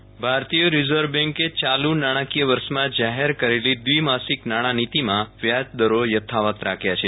રપ કલાકે આરબીઆઈ ભારતીય રીઝર્વ બેન્કે ચાલુ નાણાકીય વર્ષમાં જાહેર કરેલી દ્વિમાસિક નાણાં નીતિમાં વ્યાજદરો યથાવત રાખ્યા છે